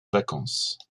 vacances